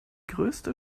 größte